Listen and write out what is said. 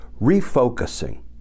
refocusing